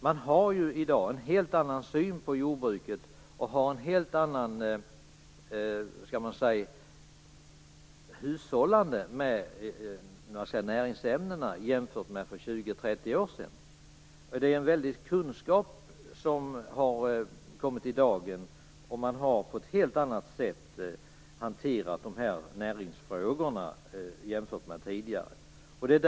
Man har i dag en helt annan syn på jordbruket och ett helt annat hushållande med näringsämnena jämfört med för 20-30 år sedan. Det är en stor kunskap som kommit i dagen. Man har hanterat näringsfrågorna på ett helt annat sätt än tidigare.